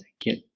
get